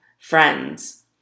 friends